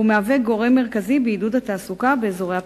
והוא מהווה גורם מרכזי בעידוד התעסוקה באזורי הפריפריה.